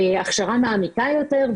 הכשרה מעמיקה יותר,